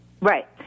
Right